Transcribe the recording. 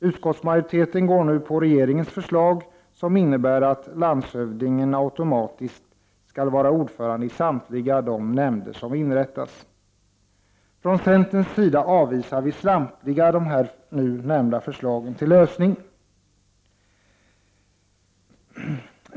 Utskottsmajoriteten följer nu regeringens förslag, som innebär att landshövdingen automatiskt skall vara ordförande i samtliga nämnder som inrättas. Från centerns sida avvisar vi samtliga här nu nämnda förslag till lösning.